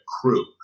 crew